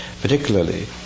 particularly